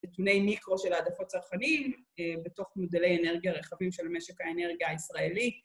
נתוני מיקרו של העדפות צרכנים בתוך מודלי אנרגיה רחבים של המשק האנרגיה הישראלי.